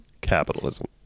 capitalism